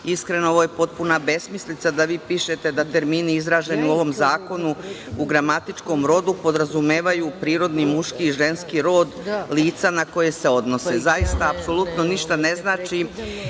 Iskreno, ovo je potpuna besmislica da vi pišete da termini izraženi u ovom zakonu, u gramatičkom rodu podrazumevaju prirodni muški i ženski rod lica na koja se odnose. Zaista, apsolutno ništa ne znači